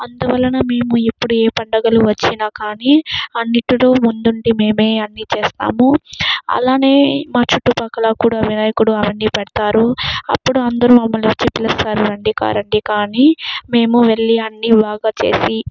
అందువలన మేము ఎప్పుడు ఏ పండుగలు వచ్చినాకానీ అన్నిటిలో ముందుండి మేమే అన్నీ చేస్తాము అలానే మా చుట్టుపక్కల కూడా వినాయకుడు అవన్నీ పెడతారు అప్పుడు అందరూ మమ్మల్ని వచ్చి పిలుస్తారు రండికా రండికా అని మేము వెళ్లి అన్నీ బాగా చేసి